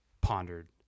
pondered